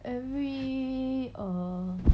every err